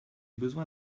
besoin